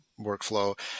workflow